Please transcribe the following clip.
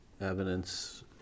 evidence